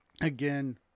again